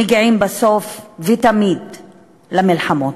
מגיעים בסוף, ותמיד, למלחמות.